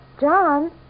John